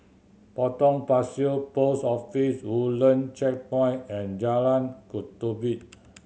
Potong Pasir Post Office Woodland Checkpoint and Jalan Ketumbit